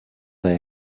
day